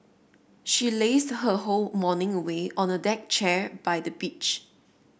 she lazed her whole morning away on a deck chair by the beach